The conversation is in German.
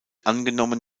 angenommen